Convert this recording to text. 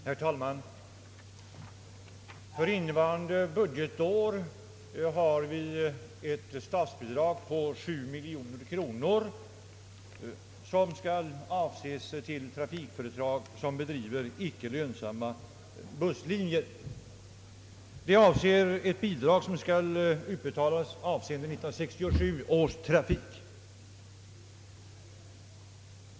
Herr talman! För innevarande budgetår finns anslaget ett statsbidrag på 7 miljoner kronor till trafikföretag som bedriver icke lönsamma busslinjer. Utbetalningarna av bidraget skall grunda sig på 1967 års trafik.